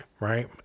Right